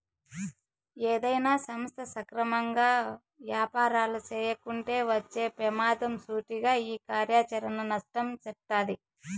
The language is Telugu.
ఏదైనా సంస్థ సక్రమంగా యాపారాలు చేయకుంటే వచ్చే పెమాదం సూటిగా ఈ కార్యాచరణ నష్టం సెప్తాది